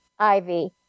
ivy